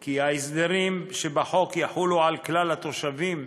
כי ההסדרים שבחוק יחולו על כלל התושבים,